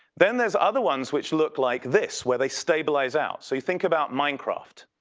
then there's other ones which look like this, where they stabilize out. so you think about minecraft,